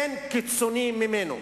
אין קיצוני ממנו.